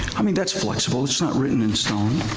i mean, that's flexible, it's not written in stone.